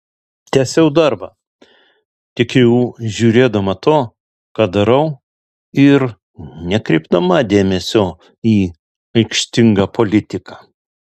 tęsiau darbą tik jau žiūrėdama to ką darau ir nekreipdama dėmesio į aikštingą politiką